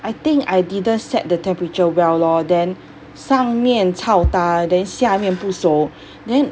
I think I didn't set the temperature well lor then 上面 chao ta then 下面不熟 then